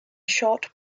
short